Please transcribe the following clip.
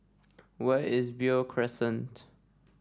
where is Beo Crescent